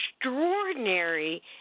extraordinary